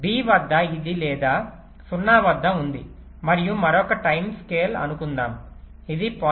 B వద్ద ఇది లేదా 0 వద్ద ఉంది మరియు మరొక టైమ్ స్కేల్ అనుకుందాము ఇది 0